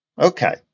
Okay